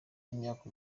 imyaka